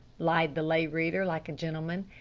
lied the lay reader like a gentleman,